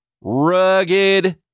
rugged